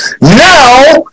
Now